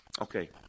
Okay